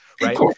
right